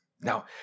now